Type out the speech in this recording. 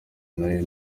nayo